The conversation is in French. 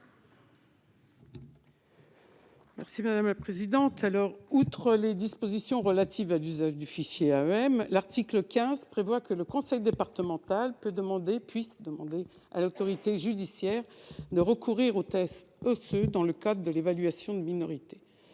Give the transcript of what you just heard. Mme Raymonde Poncet Monge. Outre les dispositions relatives à d'usage du fichier AEM, l'article 15 prévoit que le conseil départemental peut demander à l'autorité judiciaire de recourir aux tests osseux dans le cadre de l'évaluation de minorité.